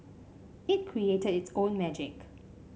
it created its own magic